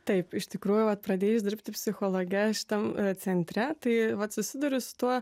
taip iš tikrųjų va pradėjus dirbti psichologe šitam centre tai vat susiduriu su tuo